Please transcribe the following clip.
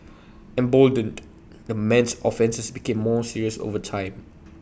emboldened the man's offences became more serious over time